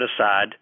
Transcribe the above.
aside